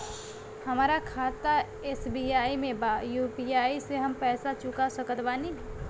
हमारा खाता एस.बी.आई में बा यू.पी.आई से हम पैसा चुका सकत बानी?